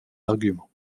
arguments